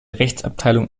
rechtsabteilung